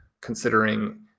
considering